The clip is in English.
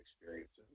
experiences